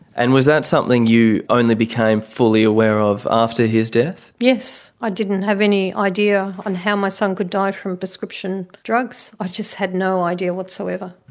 and was that something you only became fully aware of after his death? yes, i didn't have any idea on how my son could die from prescription drugs, i just had no idea whatsoever.